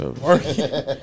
Working